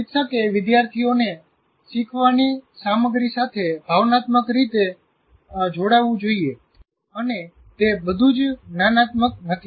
શિક્ષકે વિદ્યાર્થીઓને શીખવાની સામગ્રી સાથે ભાવનાત્મક રીતે જોડાવું જોઈએ અને તે બધું જ્ જ્ઞાનાત્મક નથી